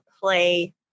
play